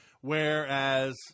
Whereas